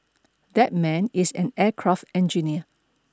that man is an aircraft engineer